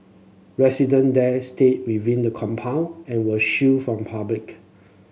resident there stayed within the compound and were shielded from public